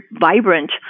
vibrant